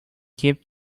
keep